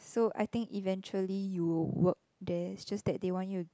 so I think eventually you work there it's just that they want you